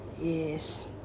Yes